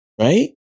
right